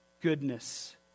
goodness